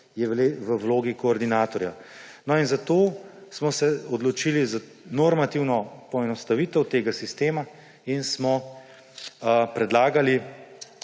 je v vlogi koordinatorja. No, in zato smo se odločili za normativno poenostavitev tega sistema in smo predlagali